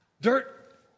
dirt